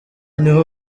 niho